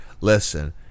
listen